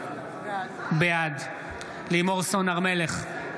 בעד לימור סון הר מלך,